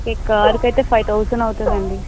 మీకు కార్ కి అయితే ఫైవ్ థౌసండ్ అవుతుందండి